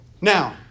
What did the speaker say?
Now